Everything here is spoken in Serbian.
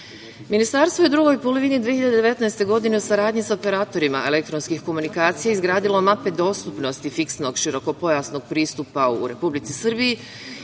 Srbije. Ministarstvo je u drugoj polovini 2019. godine u saradnji sa operatorima elektronskih komunikacija izgradilo mape dostupnosti fiksnog širokopojasnog pristupa u Republici Srbiji